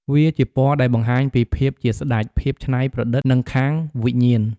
វាជាពណ៌ដែលបង្ហាញពីភាពជាស្តេច ភាពច្នៃប្រឌិត និងខាងវិញ្ញាណ។